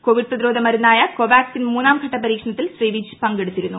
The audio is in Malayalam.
കോവിഡ് പ്രതിരോധ മരുന്ന് ആയ കോവാക്സിൻ മൂന്നാംഘട്ട പരീക്ഷണത്തിൽ ശ്രീ വിജ് പങ്കെടുത്തിരുന്നു